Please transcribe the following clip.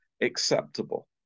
acceptable